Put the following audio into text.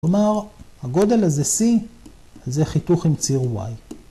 כלומר הגודל הזה c זה חיתוך עם ציר y.